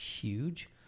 huge